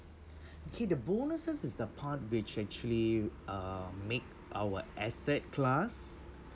okay the bonuses is the part which actually uh make our asset class